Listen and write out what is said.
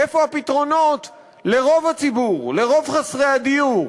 איפה הפתרונות לרוב הציבור, לרוב חסרי הדיור,